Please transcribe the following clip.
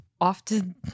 often